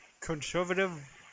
conservative